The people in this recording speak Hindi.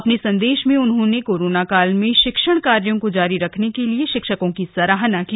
अपने संदेश में उन्होंने कोरोना काल में शिक्षण कार्यों को जारी रखने के लिए शिक्षकों की सराहना की